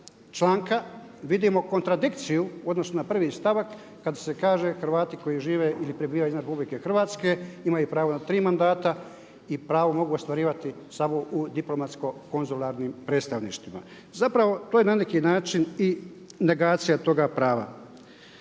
članka vidimo kontradikciju u odnosu na prvi stavak kada se kaže Hrvati koji žive ili prebivaju izvan RH imaju pravo na tri mandata i pravo mogu ostvarivati samo u diplomatsko konzularnim predstavništvima. Zapravo to je na neki način i negacija toga prava.